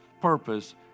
purpose